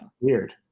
Weird